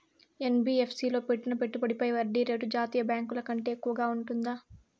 NBFC లో పెట్టిన పెట్టుబడి పై వడ్డీ రేటు జాతీయ బ్యాంకు ల కంటే ఎక్కువగా ఉంటుందా?